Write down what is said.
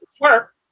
work